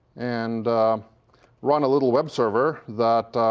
and run a little web server that